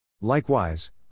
Likewise